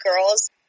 girls